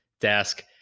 desk